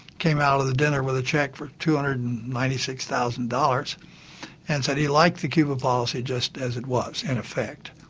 came out of the dinner with a cheque for two hundred and ninety six thousand dollars and said he liked the cuba policy just as it was, in effect.